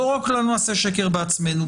בואו לא נעשה שקר בעצמנו,